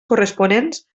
corresponents